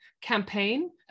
campaign